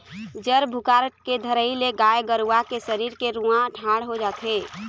जर बुखार के धरई ले गाय गरुवा के सरीर के रूआँ ठाड़ हो जाथे